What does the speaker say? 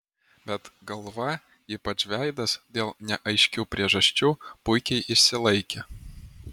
bet galva ypač veidas dėl neaiškių priežasčių puikiai išsilaikė